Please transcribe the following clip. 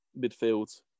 midfield